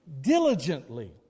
diligently